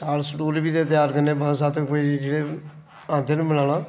stall stool बी तैयार करने पंज सत्त कोई जेह्ड़े आंदे न बनाना